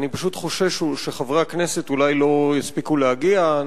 אני פשוט חושש שחברי הכנסת אולי לא יספיקו להגיע.